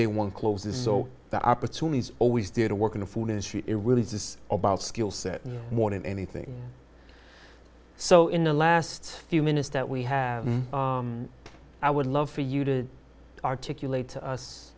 day one closes so the opportunities always do to work in the food industry it really does about skill set and more than anything so in the last few minutes that we have i would love for you to articulate to us